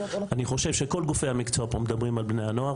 אני חושב שכל גופי המקצוע פה מדברים על בני הנוער,